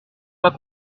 pas